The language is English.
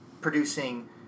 producing